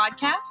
Podcast